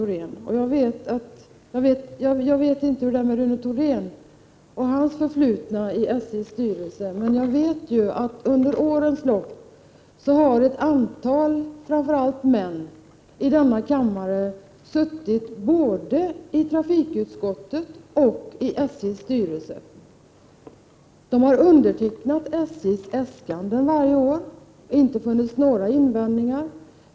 Jag vet inte hur det är med Rune Thorén och hans förflutna i SJ:s styrelse, men jag vet att under årens lopp har ett antal, framför allt män, tillhörande denna kammare suttit både i trafikutskottet och i SJ:s styrelse. De har undertecknat SJ:s äskanden varje år. Det har inte funnits några invändningar.